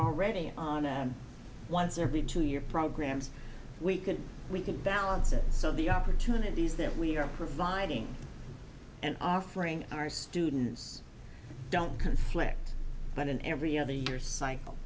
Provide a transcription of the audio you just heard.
already in once every two year programs we can we can balance it so the opportunities that we are providing and offering our students don't conflict but in every other year cycle